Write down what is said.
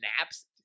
naps